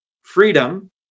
Freedom